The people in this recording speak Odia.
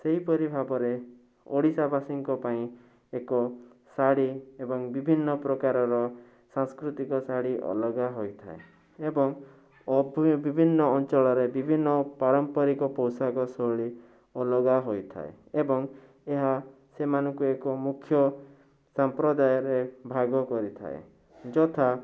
ସେହିପରି ଭାବରେ ଓଡ଼ିଶାବାସୀଙ୍କ ପାଇଁ ଏକ ଶାଢ଼ୀ ଏବଂ ବିଭିନ୍ନ ପ୍ରକାରର ସାଂସ୍କୃତିକ ଶାଢ଼ୀ ଅଲଗା ହୋଇଥାଏ ଏବଂ ବିଭିନ୍ନ ଅଞ୍ଚଳରେ ବିଭିନ୍ନ ପାରମ୍ପରିକ ପୋଷାକଶୈଳୀ ଅଲଗା ହୋଇଥାଏ ଏବଂ ଏହା ସେମାନଙ୍କୁ ଏକ ମୁଖ୍ୟ ସମ୍ପ୍ରଦାୟରେ ଭାଗ କରିଥାଏ ଯଥା